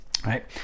Right